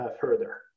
further